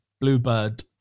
Bluebird